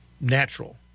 natural